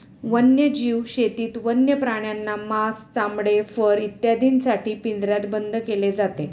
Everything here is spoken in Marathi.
वन्यजीव शेतीत वन्य प्राण्यांना मांस, चामडे, फर इत्यादींसाठी पिंजऱ्यात बंद केले जाते